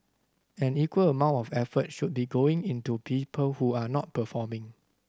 an equal amount of effort should be going into people who are not performing